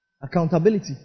Accountability